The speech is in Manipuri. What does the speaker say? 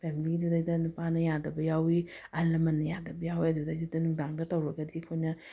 ꯐꯦꯃꯤꯂꯤꯗꯨꯗꯩꯗ ꯅꯨꯄꯥꯅ ꯌꯥꯗꯕ ꯌꯥꯎꯏ ꯑꯍꯜ ꯂꯃꯟꯅ ꯌꯥꯗꯕ ꯌꯥꯎꯏ ꯑꯗꯨꯗꯩꯗꯨꯗ ꯅꯨꯡꯗꯥꯡꯗ ꯇꯧꯔꯒꯗꯤ ꯑꯩꯈꯣꯏꯅ